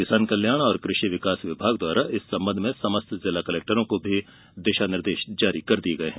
किसान कल्याण एवं कृषि विकास विभाग द्वारा इस संबंध में समस्त जिला कलेक्टरों को भी दिशा निर्देश जारी किये गये हैं